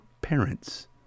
parents